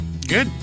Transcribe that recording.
good